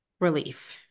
relief